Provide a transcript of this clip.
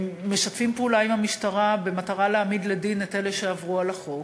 משתפים פעולה עם המשטרה במטרה להעמיד לדין את אלה שעברו על החוק.